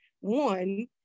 One